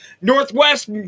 Northwest